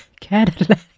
Cadillac